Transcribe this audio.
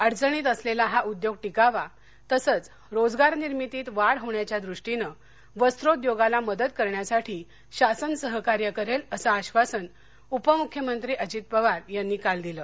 अडचणीत असलेला हा उद्योग टिकावा तसंच रोजगार निर्मितीत वाढ होण्याच्या दृष्टीनं वस्रोद्योगाला मदत करण्यासाठी शासन सहकार्य करेल असं आब्बासन उपमुख्यमंत्री अजित पवार यांनी काल दिलं